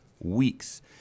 weeks